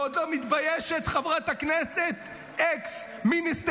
ועוד לא מתביישת חברת הכנסת ex-Minister